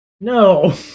No